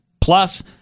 Plus